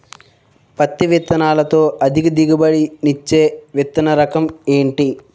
పత్తి విత్తనాలతో అధిక దిగుబడి నిచ్చే విత్తన రకం ఏంటి?